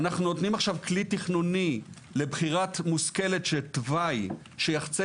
אנחנו נותנים עכשיו כלי תכנוני לבחירה מושכלת של תוואי שיחצה